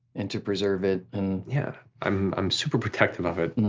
and to preserve it and yeah, i'm i'm super protective of it,